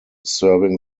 serving